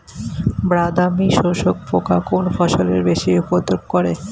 বাদামি শোষক পোকা কোন ফসলে বেশি উপদ্রব করে?